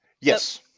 Yes